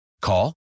Call